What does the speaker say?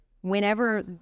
Whenever